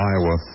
Iowa